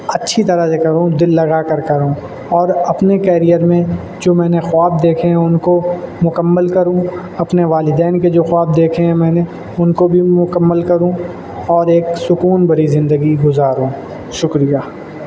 اچھی طرح سے کروں دل لگا کر کروں اور اپنے کیرئر میں جو میں نے خواب دیکھیں ہیں ان کو مکمل کروں اپنے والدین کے جو خواب دیکھے ہیں میں نے ان کو بھی میں مکمل کروں اور ایک سکون بھری زندگی گزاروں شکریہ